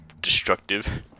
destructive